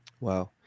Wow